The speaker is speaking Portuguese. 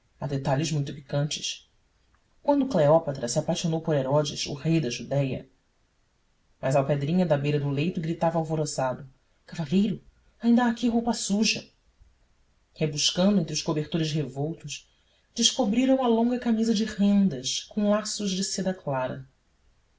detalhes muito picantes quando cleópatra se apaixonou por herodes o rei da judéia mas alpedrinha da beira do leito gritava alvoroçado cavalheiro ainda há aqui roupa suja rebuscando entre os cobertores revoltos descobrira uma longa camisa de rendas com laços de seda clara